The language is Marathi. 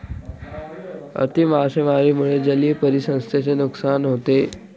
अति मासेमारीमुळे जलीय परिसंस्थेचे नुकसान होते